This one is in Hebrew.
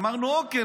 אמרנו: אוקיי,